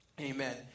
Amen